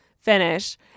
finish